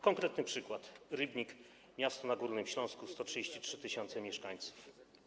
Konkretny przykład: Rybnik, miasto na Górnym Śląsku, 133 tys. mieszkańców.